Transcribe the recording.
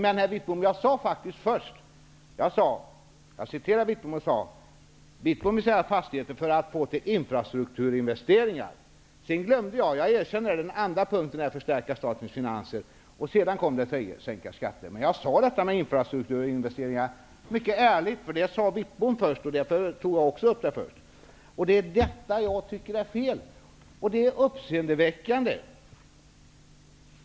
Jag återgav vad Wittbom hade sagt om att man ville sälja fastigheter för att få pengar till infrastrukturinvesteringar. Jag erkänner att jag glömde en punkt i Bengt Wittboms uppräkning, nämligen att avsikten också var att stärka statens finanser. Men sedan kom den tredje punkten, nämligen att man skulle använda pengarna för att sänka skatter. Jag refererade emellertid mycket ärligt att Bengt Wittbom först nämnde infrastrukturinvesteringar.